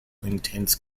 intense